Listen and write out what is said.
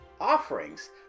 offerings